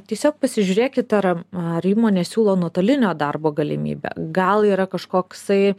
tiesiog pasižiūrėkit ar ar įmonė siūlo nuotolinio darbo galimybę gal yra kažkoksai